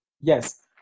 yes